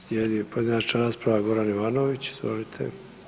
Slijedi pojedinačna rasprava Goran Ivanović, izvolite.